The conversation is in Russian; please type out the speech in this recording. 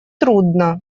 трудно